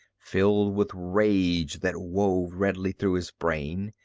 filled with rage that wove redly through his brain,